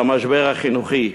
על המשבר החינוכי.